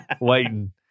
waiting